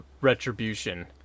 Retribution